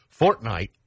Fortnite